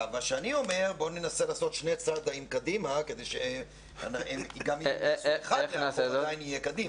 בואו ננסה לעשות שני צעדים קדימה --- זה עדיין יהיה קדימה.